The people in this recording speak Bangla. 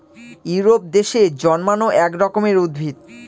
ইউরোপ দেশে জন্মানো এক রকমের উদ্ভিদ